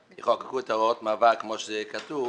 יחוקקו את הוראות המעבר כמו שהן כתובות,